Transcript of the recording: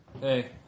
Hey